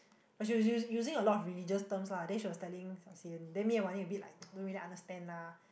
but she was using using a lot of religious terms lah then she was telling Xiao-Xian then me an Wan-Ning a bit like don't really understand lah